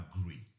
agree